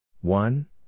One